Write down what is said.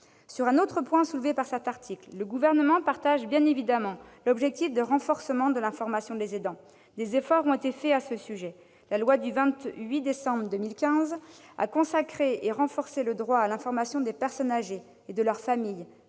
Sur un autre point soulevé par cet article, le Gouvernement partage bien évidemment l'objectif de renforcer l'information des aidants. Des efforts ont été réalisés sur ce point. La loi du 28 décembre 2015 a consacré et renforcé le droit à l'information des personnes âgées, de leur famille